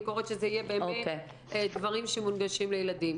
אני קוראת שאלה יהיו באמת דברים שמונגשים לילדים.